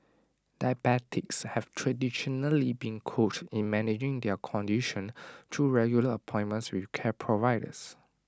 diabetics have traditionally been coached in managing their condition through regular appointments with care providers